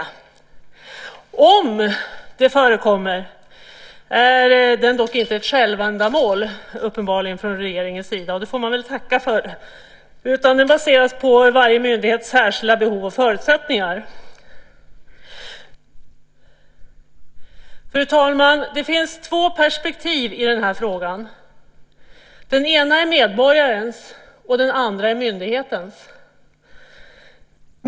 Om centralisering förekommer är den dock inte ett självändamål från regeringens sida. Det får man väl tacka för. Den baseras på varje myndighets särskilda behov och förutsättningar. Fru talman! Det finns två perspektiv i den här frågan. Det ena är medborgarens. Det andra är myndighetens.